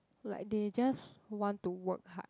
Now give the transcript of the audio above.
like they just want to work hard